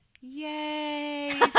Yay